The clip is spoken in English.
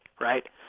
right